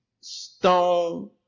stone